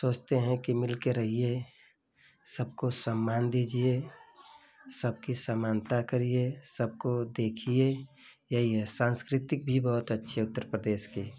सोचते हैं कि मिलकर रहिए सबको सम्मान दीजिए सबकी समानता करिए सबको देखिए यही है संस्कृति भी बहुत अच्छी है उत्तर प्रदेश की